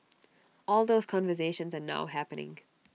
all those conversations are now happening